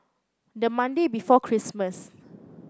the Monday before Christmas